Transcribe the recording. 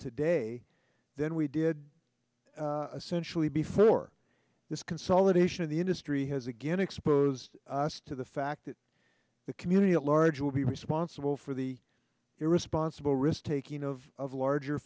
today than we did a century before this consolidation of the industry has again exposed us to the fact that the community at large will be responsible for the irresponsible risk taking of the larger